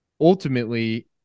ultimately